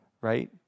right